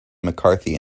mccarthy